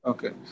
Okay